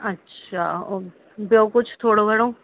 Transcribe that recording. अच्छा और ॿियो कुझु थोरो घणो